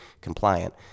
compliant